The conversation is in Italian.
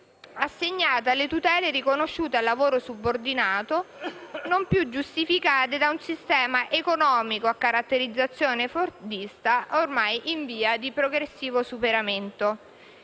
assegnata alle tutele riconosciute al lavoro subordinato, non più giustificate da un sistema economico a caratterizzazione fordista ormai in via di progressivo superamento.